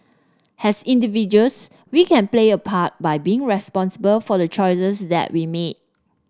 as individuals we can play a part by being responsible for the choices that we make